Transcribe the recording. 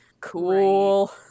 cool